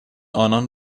آنان